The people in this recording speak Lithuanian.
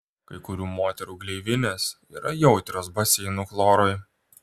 kai kurių moterų gleivinės yra jautrios baseinų chlorui